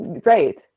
great